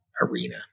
arena